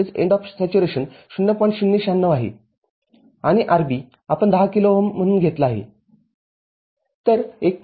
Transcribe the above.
०९६ आहे आणि RB आपण १० किलो ओहम म्हणून घेतला आहे तर१